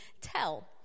tell